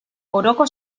oroko